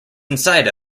inside